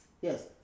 Yes